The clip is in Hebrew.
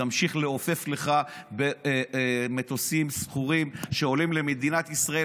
תמשיך לעופף לך במטוסים שכורים שעולים למדינת ישראל